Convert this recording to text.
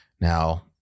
Now